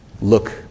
Look